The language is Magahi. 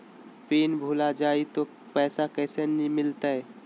पिन भूला जाई तो पैसा कैसे मिलते?